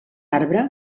arbre